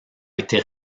été